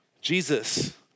Jesus